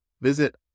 Visit